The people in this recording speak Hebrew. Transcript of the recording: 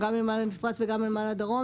גם נמל המפרץ וגם נמל הדרום,